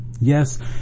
Yes